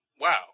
Wow